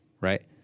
right